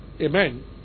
Amen